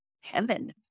heaven